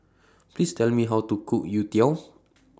Please Tell Me How to Cook Youtiao